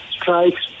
Strikes